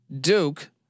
Duke